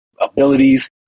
abilities